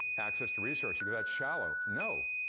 access to resources you go, that's shallow. no,